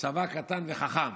"צבא קטן וחכם".